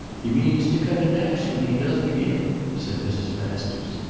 he means to cut a dash when he does begin, said mrs. masters.